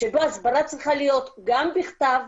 שבה ההסברה צריכה להיות גם בכתב,